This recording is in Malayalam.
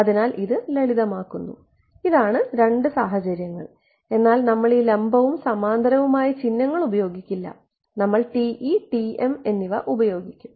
അതിനാൽ ഇത് ലളിതമാക്കുന്നു ഇതാണ് രണ്ട് സാഹചര്യങ്ങൾ എന്നാൽ നമ്മൾ ഈ ലംബവും സമാന്തരവുമായ ചിഹ്നങ്ങൾ ഉപയോഗിക്കില്ല നമ്മൾ TE TM എന്നിവ ഉപയോഗിക്കും